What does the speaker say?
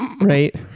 Right